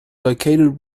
located